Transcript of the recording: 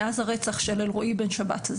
מאז הרצח של ------,